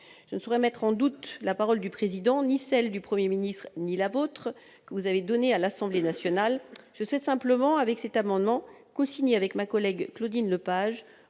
Je ne saurais mettre en doute la parole du Président de la République, ni celle du Premier ministre, ni la vôtre, que vous avez donnée à l'Assemblée nationale. Je souhaite simplement, au travers de cet amendement cosigné par Claudine Lepage,